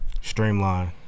Streamline